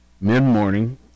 mid-morning